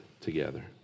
together